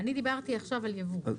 אני דיברתי עכשיו על ייבוא.